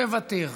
ומוותר.